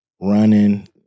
running